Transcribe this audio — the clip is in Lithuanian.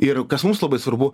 ir kas mums labai svarbu